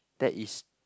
that is